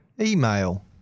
Email